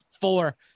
four